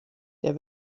der